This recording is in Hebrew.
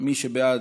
מי שבעד,